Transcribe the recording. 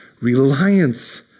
reliance